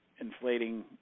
inflating